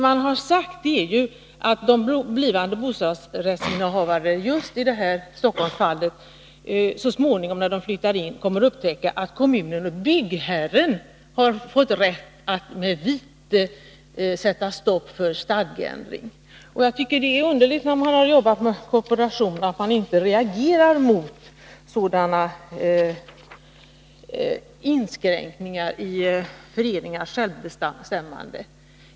Man har i Stockholmsfallet sagt att när de blivande bostadsrättsinnehavarna flyttar in kommer de att upptäcka att kommunen och byggherren har fått rätt att genom vitesföreskrifter stoppa en stadgeändring. Det är underligt att den som har jobbat med kooperation inte reagerar mot sådana inskränkningar i föreningars självbestämmanderätt.